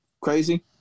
crazy